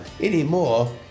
anymore